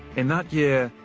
in that year,